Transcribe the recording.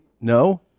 no